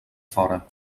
fora